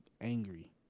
angry